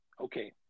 Okay